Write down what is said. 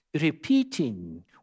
repeating